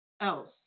else